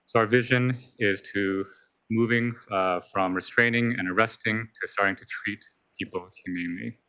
so our vision is to moving from restraining and arresting to starting to treat people humanely,